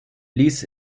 ließ